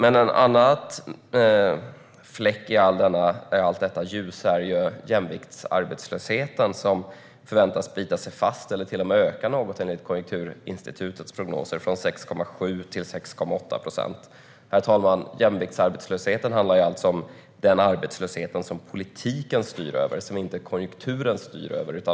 En annan fläck i allt det ljusa är jämviktsarbetslösheten, som förväntas bita sig fast eller till och med öka något enligt Konjunkturinstitutets prognoser, från 6,7 till 6,8 procent. Jämviktsarbetslösheten handlar om den arbetslöshet som politiken, inte konjunkturen, styr över.